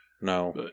No